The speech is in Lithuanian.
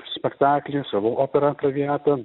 spektaklį savo operą traviatą